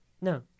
No